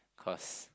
because